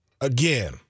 again